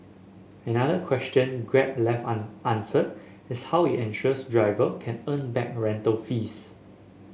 another question Grab left unanswered is how it ensures driver can earn back rental fees